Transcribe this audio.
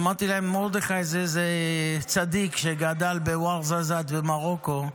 אמרתי להם: מרדכי זה איזה צדיק שגדל בוורזאזאת במרוקו,